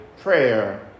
prayer